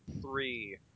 three